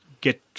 get